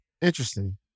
Interesting